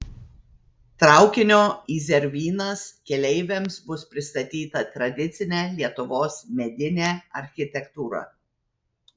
traukinio į zervynas keleiviams bus pristatyta tradicinė lietuvos medinė architektūra